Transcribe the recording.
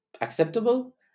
acceptable